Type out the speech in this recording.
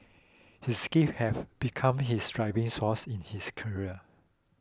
his grief have become his driving force in his career